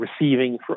receiving